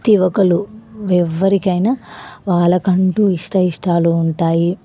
ప్రతీ ఒకరు ఎవరికైనా వాళ్ళకంటు ఇష్ట ఇష్టాలు ఉంటాయి